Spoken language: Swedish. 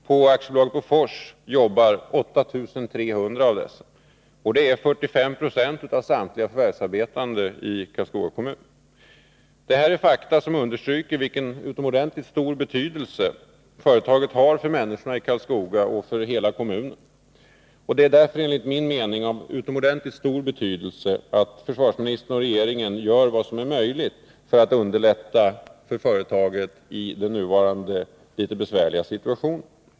På AB Bofors jobbar 8 300 av dessa, dvs. 45 90 av samtliga förvärvsarbetande i Karlskoga. Detta understryker vilken utomordentligt stor betydelse företaget har för människorna i Karlskoga och för hela kommunen. Det är därför enligt min mening av utomordentligt stor betydelse att försvarsministern och regeringen gör vad som är möjligt för att underlätta för företaget i den nuvarande litet besvärliga situationen.